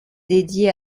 dédiée